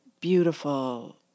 beautiful